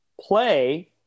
play